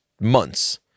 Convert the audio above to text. months